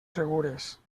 segures